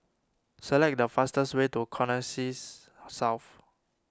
select the fastest way to Connexis South